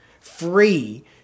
free